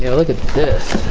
and look at this